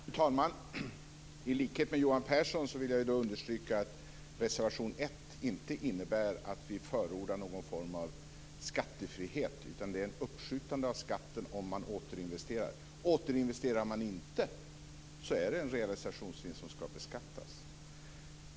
Fru talman! I likhet med Johan Pehrson vill jag understryka att reservation 1 inte innebär att vi förordar någon form av skattefrihet. Det är i stället ett uppskjutande av skatten om man återinvesterar. Återinvesterar man inte är det en realisationsvinst som skall beskattas.